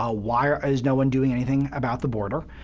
ah why ah is no one doing anything about the border?